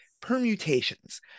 permutations